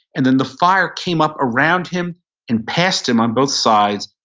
and then the fire came up around him and passed him on both sides,